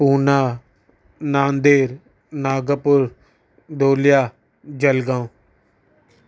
पूना नांदेड नागपुर डोलिया जलगांव